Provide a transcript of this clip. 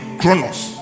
chronos